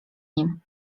nim